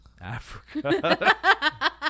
Africa